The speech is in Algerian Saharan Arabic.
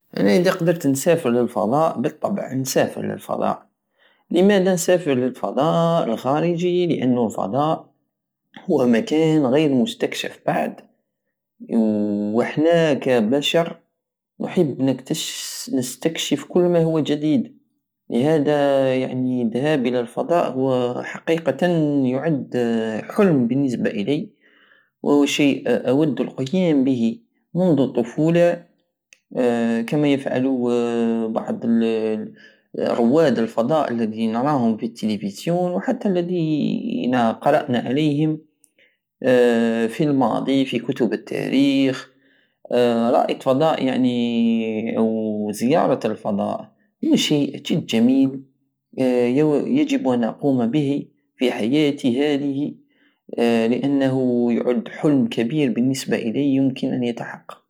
ادا قدرت نسافر للفضاء بالطبع نسافر للفضاء لمادا نسافر للفضاء الخارجي لانو الفضاء هو مكان غير مستكشف بعد و حنا كبشر نحب نكتش- نستكشف كل ماهو جديد لهدا يعني الدهاب الى الفضاء حقيقة يعد حلم بالنسبة الي وهو الشيء اود القيام به مند الطفولة كما يفعل بعض الرواد الفضاء الدي نراهم في التيليفيزيون وحتى الدين قرأنا عليهم في الماضي في كتب التاريخ رائد فضاء- يعني زيارة الفضاء هو شيء جد جميل يو- يجب ان اقوم به في حياتي هاده لانه يغد حلم كبير بالنسبة الي يمكن ان يتحقق